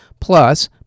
Plus